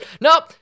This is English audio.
Nope